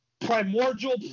primordial